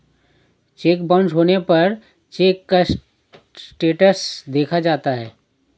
check bounce होने पर cheque का स्टेटस देखा जाता है